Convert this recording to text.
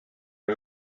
are